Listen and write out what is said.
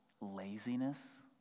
laziness